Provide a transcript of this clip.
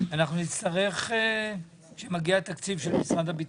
אנחנו נצטרך, כשמגיע התקציב של משרד הביטחון,